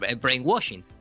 brainwashing